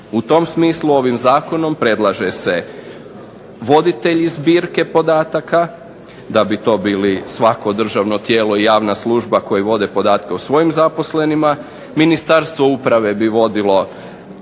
U tom smislu ovim zakonom predlaže se voditelji zbirke podataka da bi to bili svako državno tijelo i javna služba koji vode podatke o svojim zaposlenima. Ministarstvo uprave bi vodilo